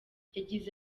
yagize